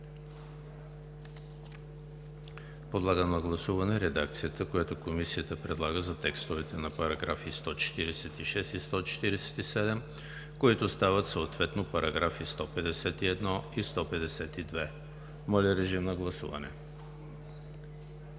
Подлагам на гласуване редакцията, която Комисията предлага за текстовете на параграфи 146 и 147, които стават съответно параграфи 151 и 152. Гласували